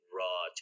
raw